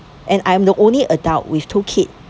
and I am the only adult with two kids